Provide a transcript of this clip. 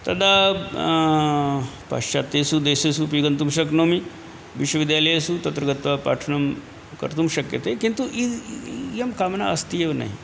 तदा पश्यति सुदेशेषु अपि गन्तुं शक्नोमि विश्वविद्यालयेषु तत्र गत्वा पाठनं कर्तुं शक्यते किन्तु इइ इयं कामना अस्ति एव नहि